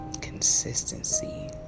consistency